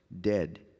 dead